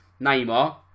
Neymar